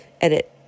edit